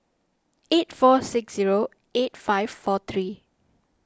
eight four six zero eight five four three